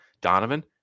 Donovan